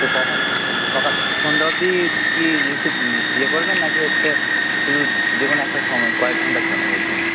তো কখন সকালে সন্ধ্যা অবধি কি ইয়ে করবেন নাকি হচ্ছে শুধু যে কোনো একটা সময় কয়েক ঘন্টার জন্য বলছেন